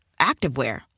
activewear